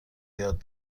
یاد